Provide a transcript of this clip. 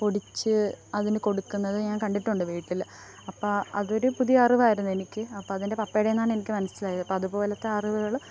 പൊടിച്ച് അതിന് കൊടുക്കുന്നത് ഞാൻ കണ്ടിട്ടുണ്ട് വീട്ടിൽ അപ്പം അതൊരു പുതിയ അറിവായിരുന്നു എനിക്ക് അപ്പം അത് എൻ്റെ പപ്പയുടെയിൽനിന്നാണ് എനിക്ക് മനസ്സിലായത് അപ്പം അതുപോലെത്തെ അറിവുകൾ